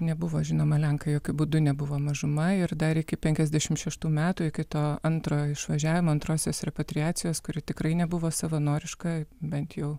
nebuvo žinoma lenkai jokiu būdu nebuvo mažuma ir dar iki penkiasdešimt šeštų metų iki to antrojo išvažiavimo antrosios repatriacijos kuri tikrai nebuvo savanoriška bent jau